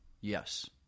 yes